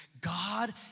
God